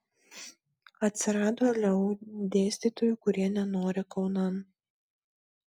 atsirado leu dėstytojų kurie nenori kaunan